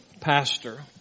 pastor